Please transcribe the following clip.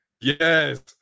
Yes